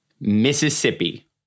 Mississippi